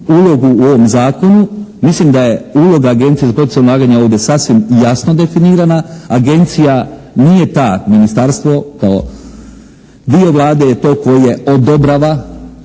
ulogu u ovom zakonu. Mislim da je uloga Agencije za poticanje ulaganja ovdje sasvim jasno definirana. Agencija nije ta, ministarstvo kao dio Vlade je to koje odobrava,